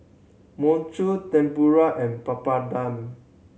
Mochi Tempura and Papadum